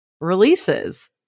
releases